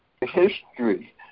history